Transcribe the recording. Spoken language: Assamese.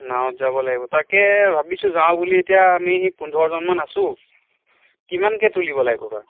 নাৱত যাব লাগিব তাকে ভাবিছোঁ যাওঁ বুলি এতিয়া আমি পোন্ধৰজনমান আছো কিমানকৈ তুলিব লাগিব বাৰু